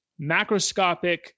macroscopic